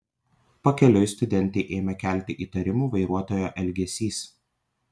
pakeliui studentei ėmė kelti įtarimų vairuotojo elgesys